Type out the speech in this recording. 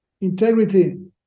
Integrity